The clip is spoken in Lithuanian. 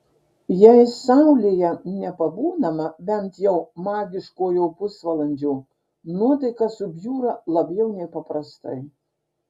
jei saulėje nepabūnama bent jau magiškojo pusvalandžio nuotaika subjūra labiau nei paprastai